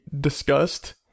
discussed